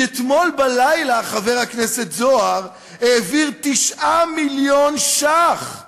כי אתמול בלילה חבר הכנסת זוהר העביר 9 מיליון שקל